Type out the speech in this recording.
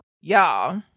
y'all